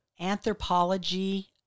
anthropology